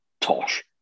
tosh